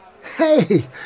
Hey